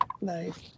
nice